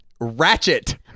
Ratchet